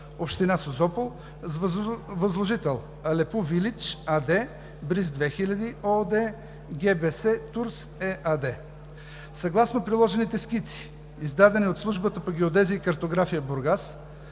община Созопол, с възложител „Алепу Вилидж“ АД, „Бриз 2000“ ООД, „ГБС-Турс“ ЕАД.“ Съгласно приложените скици, издадени от Службата по геодезия и картография – Бургас,